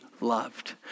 loved